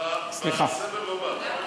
בסבב הבא.